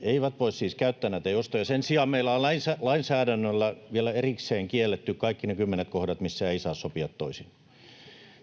eivät voi siis käyttää näitä joustoja. Sen sijaan meillä on lainsäädännöllä vielä erikseen kielletty kaikki ne kymmenet kohdat, missä ei saa sopia toisin.